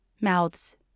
mouths